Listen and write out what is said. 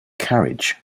carriage